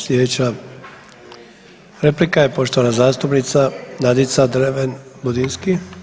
Sljedeća replika je poštovana zastupnica Nadica Dreven Budinski.